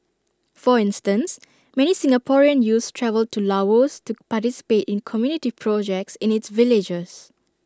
for instance many Singaporean youths travel to Laos to participate in community projects in its villages